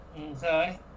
Okay